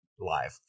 live